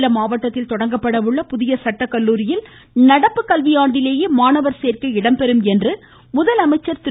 சேலம் மாவட்டத்தில் தொடங்கப்பட உள்ள புதிய சட்டக்கல்லூரியில் நடப்பு கல்வியாண்டிலேயே மாணவர் சேர்க்கை நடைபெறும் என்று முதலமைச்சர் திரு